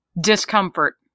discomfort